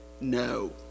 no